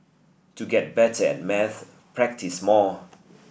to get better at maths practise more